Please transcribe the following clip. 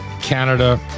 Canada